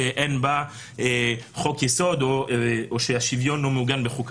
שאין בה חוק-יסוד או שהשוויון לא מעוגן בחוקה.